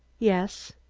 yes.